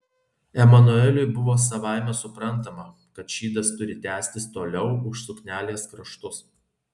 emanueliui buvo savaime suprantama kad šydas turi tęstis toliau už suknelės kraštus